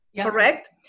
correct